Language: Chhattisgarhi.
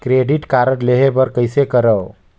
क्रेडिट कारड लेहे बर कइसे करव?